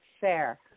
Fair